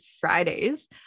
fridays